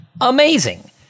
amazing